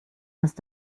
hast